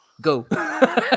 Go